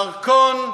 דרכון,